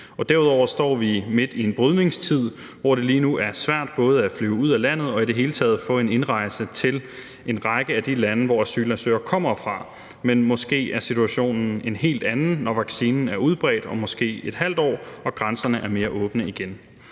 Derudover står vi midt i en brydningstid, hvor det lige nu er svært både at flyve ud af landet og i det hele taget få en indrejse til en række af de lande, hvor asylansøgere kommer fra. Men måske er situationen en helt anden, når vaccinen er udbredt om måske et halvt år og grænserne er mere åbne igen.